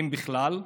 אם בכלל,